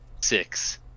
six